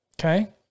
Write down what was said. okay